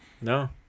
No